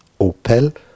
Opel